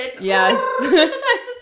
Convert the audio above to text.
Yes